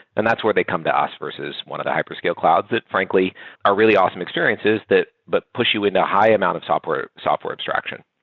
and that's where they come to us versus one of the hyperscale clouds that frankly are really awesome experiences but push you in the high amount of software software abstraction.